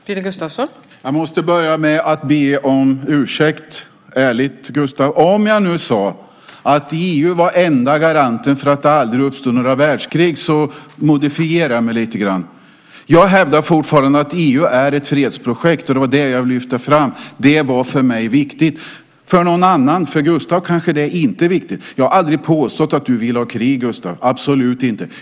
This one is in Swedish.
Fru talman! Jag måste börja med att ärligt be om ursäkt, Gustav. Om jag sade att EU var enda garanten för att det aldrig skulle uppstå några världskrig ska jag modifiera mig lite grann. Jag hävdar fortfarande att EU är ett fredsprojekt, och det var det som jag lyfte fram. Det var viktigt för mig. För någon annan, för Gustav, kanske det inte är viktigt. Jag har aldrig påstått att du vill ha krig, Gustav, absolut inte.